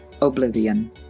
oblivion